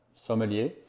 sommelier